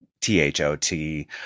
t-h-o-t